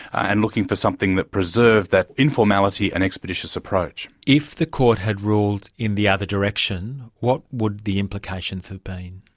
and looking for something that preserved that informality and expeditious approach. if the court had ruled in the other direction, what would the implications have been?